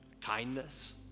kindness